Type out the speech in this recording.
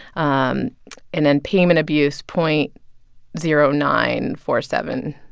um and then payment abuse point zero nine four seven.